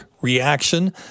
reaction